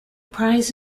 prize